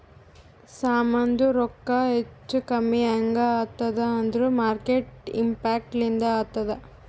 ಸಾಮಾಂದು ರೊಕ್ಕಾ ಹೆಚ್ಚಾ ಕಮ್ಮಿ ಹ್ಯಾಂಗ್ ಆತ್ತುದ್ ಅಂದೂರ್ ಮಾರ್ಕೆಟ್ ಇಂಪ್ಯಾಕ್ಟ್ ಲಿಂದೆ ಆತ್ತುದ